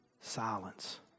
silence